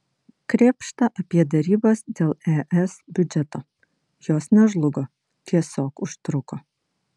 krėpšta apie derybas dėl es biudžeto jos nežlugo tiesiog užtruko